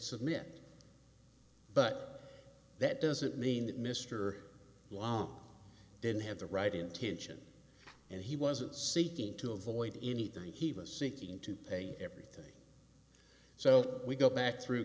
submit but that doesn't mean that mr sloan didn't have the right intention and he wasn't seeking to avoid anything he was seeking to pay everything so we go back through